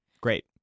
Great